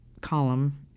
column